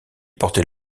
portait